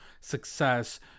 success